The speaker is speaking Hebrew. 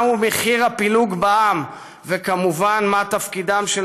מהו מחיר הפילוג בעם וכמובן מה תפקידם של